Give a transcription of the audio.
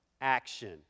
action